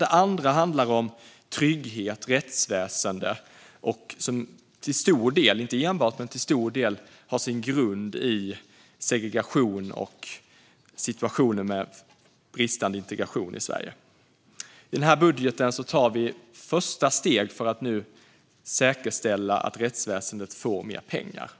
Det andra området är trygghet och rättsväsen och har till stor del - om än inte enbart - sin grund i segregation och situationen med bristande integration i Sverige. I den här budgeten tar vi ett första steg för att säkerställa att rättsväsendet får mer pengar.